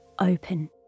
open